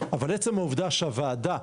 אבל עצם העובדה שהוועדה,